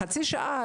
חצי שעה.